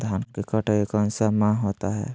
धान की कटाई कौन सा माह होता है?